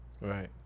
right